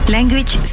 Language